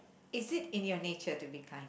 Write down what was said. is it in your nature to be kind